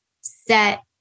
set